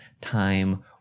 time